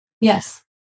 yes